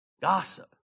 Gossip